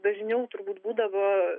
dažniau turbūt būdavo